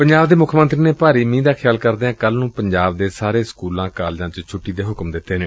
ਪੰਜਾਬ ਦੇ ਮੁੱਖ ਮੰਤਰੀ ਨੇ ਭਾਰੀ ਮੀਂਹ ਦਾ ਖਿਆਲ ਕਰਦਿਆਂ ਕੱਲੁ ਨੂੰ ਪੰਜਾਬ ਦੇ ਸਾਰੇ ਸਕੂਲਾਂ ਕਾਲਿਜਾਂ ਚ ਛੁੱਟੀ ਦੇ ਹੁਕਮ ਦਿਂਤੇ ਨੇ